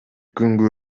күнгө